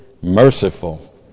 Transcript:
merciful